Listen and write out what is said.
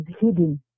hidden